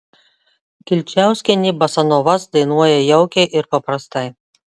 kilčiauskienė bosanovas dainuoja jaukiai ir paprastai